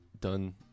done